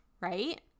right